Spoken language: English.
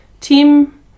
Tim